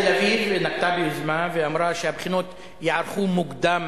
אוניברסיטת תל-אביב נקטה יוזמה ואמרה שהבחינות ייערכו מוקדם